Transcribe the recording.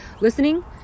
listening